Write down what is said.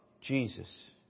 Jesus